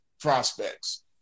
prospects